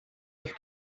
have